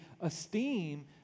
esteem